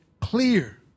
clear